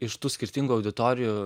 iš tų skirtingų auditorijų